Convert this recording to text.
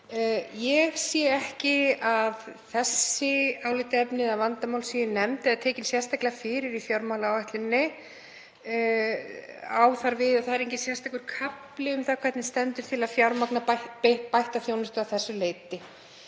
Ég sé ekki að þessi álitaefni eða vandamál séu nefnd eða tekin sérstaklega fyrir í fjármálaáætluninni og á þar við að það er enginn sérstakur kafli um það hvernig til stendur að fjármagna bætta þjónustu að þessu leyti.